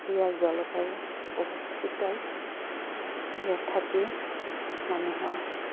ইয়াৰ জলপায়ু বহুত শীতল ইয়াত থাকি মানুহৰ